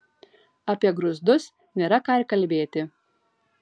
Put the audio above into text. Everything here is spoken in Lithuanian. apie grūzdus nėra ką ir kalbėti